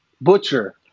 Butcher